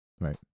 Right